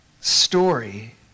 story